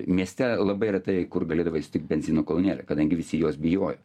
mieste labai retai kur galėdavai sutikt benzino kolonėlę kadangi visi jos bijojo